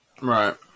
Right